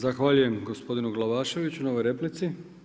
Zahvaljujem gospodin Glavaševiću na ovoj replici.